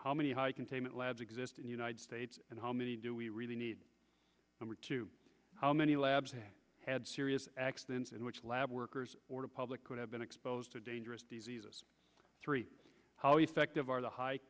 how many high containment labs exist in united states and home do we really need to how many labs have had serious accidents in which lab workers or the public could have been exposed to dangerous diseases three how effective are the high